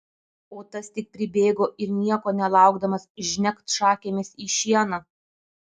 o tas tik pribėgo ir nieko nelaukdamas žnekt šakėmis į šieną